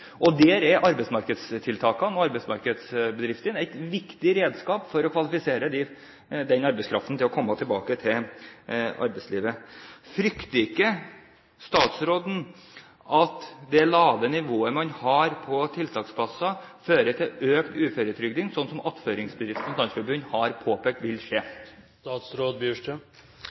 Der er arbeidsmarkedstiltakene og arbeidsmarkedsbedriftene et viktig redskap for å kvalifisere arbeidskraften til å komme tilbake til arbeidslivet. Frykter ikke statsråden at det lave nivået man har på tiltaksplasser, fører til økt uføretrygd, slik Attføringsbedriftene har påpekt vil skje?